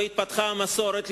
והתפתחה המסורת,